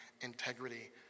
integrity